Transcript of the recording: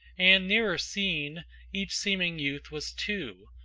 and nearer seen each seeming youth was two,